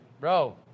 Bro